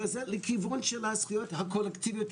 הזה בכיוון של הזכויות הקולקטיביות,